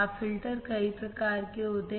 अब फिल्टर कई प्रकार के होते हैं